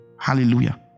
hallelujah